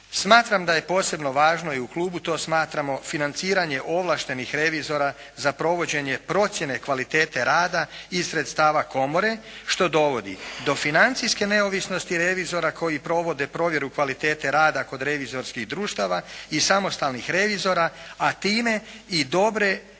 Smatram da je posebno važno i u klubu to smatramo financiranje ovlaštenih revizora za provođenje procjene kvalitete rada i sredstava komore što dovodi do financijske neovisnosti revizora koji provode provjeru kvalitete rada kod revizorskih društava i samostalnih revizora a time i dobre i